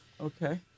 Okay